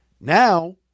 Now